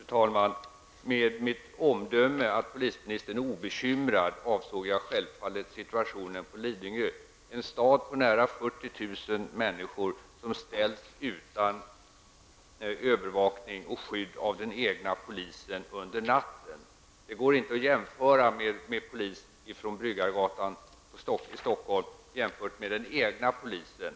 Fru talman! Med mitt omdöme att polisministern verkar obekymrad avsåg jag självfallet situationen på Lidingö. Det är en stad på nära 40 000 människor som ställs utan övervakning och skydd av den egna polisen under natten. Det går inte att jämföra polis från Bryggargatan i Stockholm med den egna polisen.